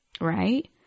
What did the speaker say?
Right